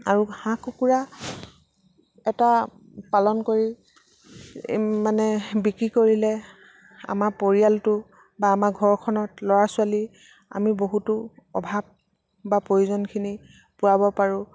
আৰু হাঁহ কুকুৰা এটা পালন কৰি মানে বিক্ৰী কৰিলে আমাৰ পৰিয়ালটো বা আমাৰ ঘৰখনত ল'ৰা ছোৱালী আমি বহুতো অভাৱ বা প্ৰয়োজনখিনি পূৰাব পাৰোঁ